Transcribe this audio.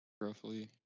roughly